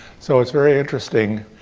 so, it's very interesting